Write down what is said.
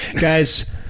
Guys